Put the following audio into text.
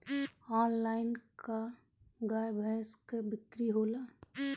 Online का गाय भैंस क बिक्री होला?